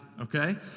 okay